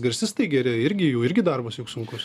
garsistai geri irgi jų irgi darbas juk sunkus